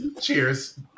Cheers